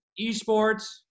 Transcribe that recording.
esports